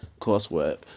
coursework